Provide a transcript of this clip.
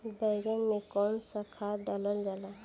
बैंगन में कवन सा खाद डालल जाला?